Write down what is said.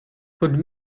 could